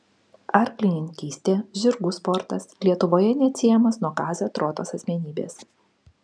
arklininkystė žirgų sportas lietuvoje neatsiejamas nuo kazio trotos asmenybės